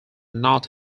knot